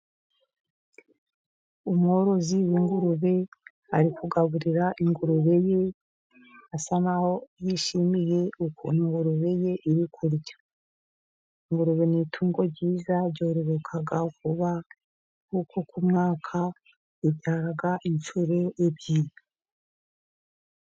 Umworozi w'ingurube ari kugaburira ingurube ye, asa naho yishimiye ukuntu ingurube ye iri kurya, ingurube ni itungo ryiza ryororoka vuba, kuko ku mwaka ibyara incuro ebyiri.